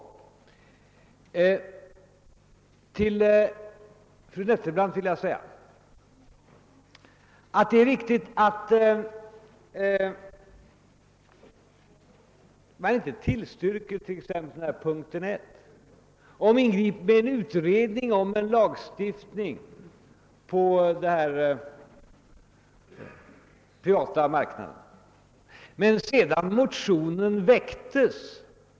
Jag vill säga fru Nettelbrandt att det är riktigt, att utskottet inte tillstyrkt en utredning om lagstiftning i fråga om den privata marknaden. Men sedan motionen väcktes har det hänt någonting mycket väsentligt, nämligen att LO och SAF har kommit överens om att tillsätta en arbetsgrupp för att se, om det går att uppnå en lösning avtalsvägen. Då är det självklart, och inte alls i strid med motionen, att man avvaktar resultaten av dessa förhandlingar.